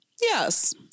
Yes